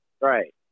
Right